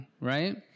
right